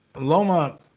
Loma